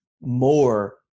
more